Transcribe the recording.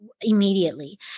immediately